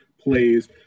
plays